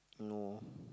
no